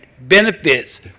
benefits